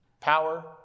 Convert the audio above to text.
power